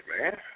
man